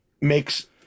makes